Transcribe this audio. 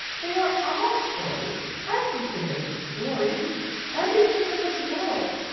they are all stories. everything is a story everything in this world.